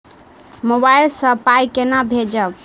Mobile सँ पाई केना भेजब?